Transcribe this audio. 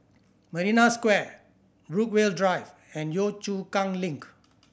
Marina Square Brookvale Drive and Yio Chu Kang Link